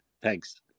Thanks